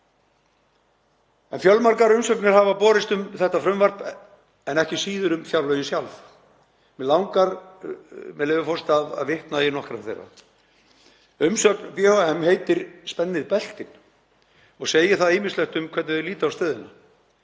Fjölmargar umsagnir hafa borist um þetta frumvarp en ekki síður um fjárlögin sjálf. Mig langar, með leyfi forseta, að vitna í nokkrar þeirra. Umsögn BHM heitir Spennið beltin og segir það ýmislegt um hvernig þau líta á stöðuna.